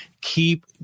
Keep